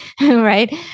right